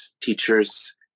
teachers